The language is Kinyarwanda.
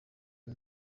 iyi